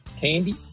Candy